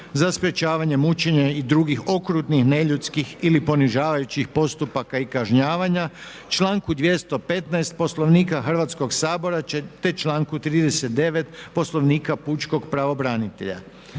za sprječavanje mučenja i drugih okrutnih neljudskih ili ponižavajućih postupaka i kažnjavanja, članku 215. Poslovnika Hrvatskog sabora te članku 39. Poslovnika pučkog pravobranitelja.